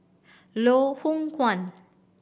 Loh Hoong Kwan